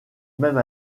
même